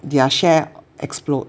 their share explode